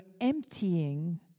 emptying